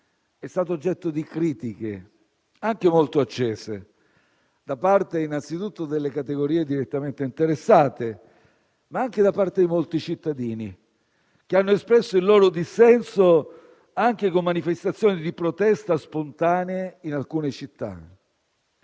è stato oggetto di critiche, anche molto accese, da parte innanzitutto delle categorie direttamente interessate, ma anche da parte di molti cittadini, che hanno espresso il loro dissenso, anche con manifestazioni di protesta spontanee in alcune città.